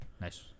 Nice